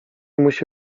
musi